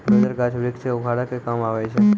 dozer, गाछ वृक्ष क उखाड़े के काम आवै छै